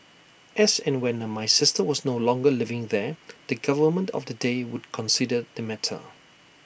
as and when no my sister was no longer living there the government of the day would consider the matter